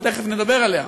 ותכף נדבר עליה,